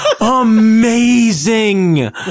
Amazing